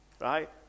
Right